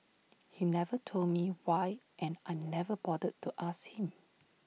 he never told me why and I never bothered to ask him